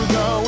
go